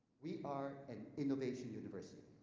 we are an innovation university